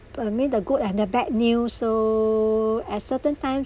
uh mean the good and the bad news so at certain times